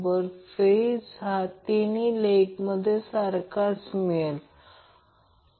जर a c b बनवायचे असेल तर ते केले जाऊ शकते